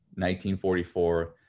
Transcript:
1944